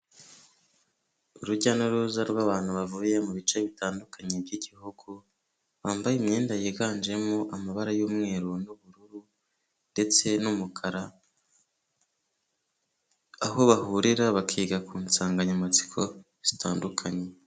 urujya n'uruza rw'abantu bavuye mu bice bitandukanye by'igihugu, bambaye imyenda yiganjemo amabara y'umweru n'ubururu ndetse n'umukara, aho bahurira bakiga ku nsanganyamatsiko zitandukanye.